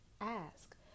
ask